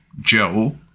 Joe